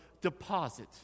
deposit